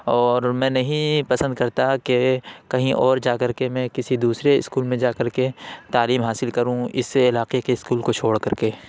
اور میں نہیں پسند کرتا کہ کہیں اور جا کر کے میں کسی دوسرے اسکول میں جا کر کے تعلیم حاصل کروں اس علاقے کے اسکول کو چھوڑ کر کے